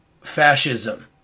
fascism